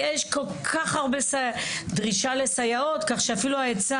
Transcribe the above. ויש כל כך הרבה דרישה לסייעות כך שאפילו בהיצע